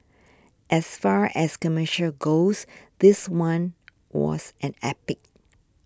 as far as commercials goes this one was an epic